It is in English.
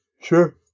sure